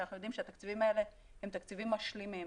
אנחנו יודעים שהתקציבים האלה הם תקציבים משלימים.